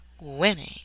winning